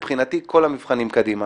מבחינתי, כל המבחנים קדימה.